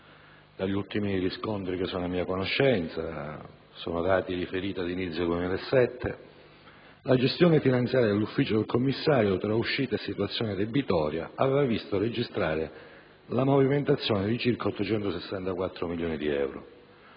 Dagli ultimi riscontri a mia conoscenza (sono dati riferiti ad inizio 2007), la gestione finanziaria dell'ufficio del commissario, tra uscite e situazione debitoria, aveva visto registrare la movimentazione di circa 864 milioni di euro.